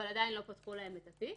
אבל עדיין לא פתחו להם את התיק.